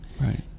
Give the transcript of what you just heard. Right